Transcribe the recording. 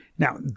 Now